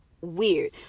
weird